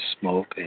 smoke